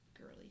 girly